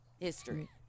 history